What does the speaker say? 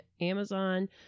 Amazon